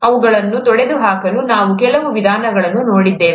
ಅವುಗಳನ್ನು ತೊಡೆದುಹಾಕಲು ನಾವು ಕೆಲವು ವಿಧಾನಗಳನ್ನು ನೋಡಿದ್ದೇವೆ